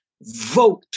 Vote